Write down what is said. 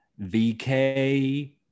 VK